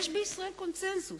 יש בישראל קונסנזוס.